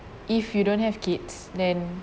if you don't have kids then